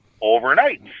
overnight